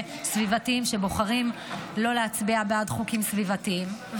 סביבתיים שבוחרים לא להצביע בעד חוקים סביבתיים,